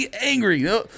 Angry